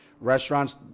restaurants